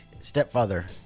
stepfather